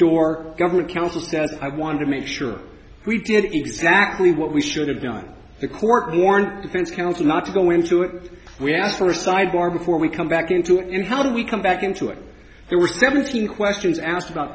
door government counsels that i want to make sure we did exactly what we should have done the court warned against counsel not to go into it we asked for sidebar before we come back into it and how did we come back into it there were seventeen questions asked about